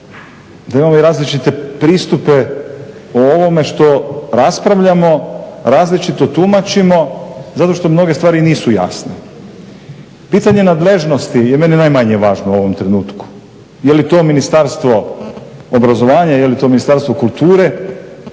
da imamo i različite pristupe o ovome što raspravljamo različito tumačimo zato što mnoge stvari nisu jasne. Pitanje nadležnosti je meni najmanje važno u ovom trenutku, je li to Ministarstvo obrazovanja, je li to Ministarstvo kulture.